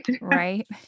Right